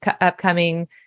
upcoming